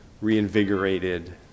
reinvigorated